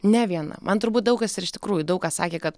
ne viena man turbūt daug kas ir iš tikrųjų daug kas sakė kad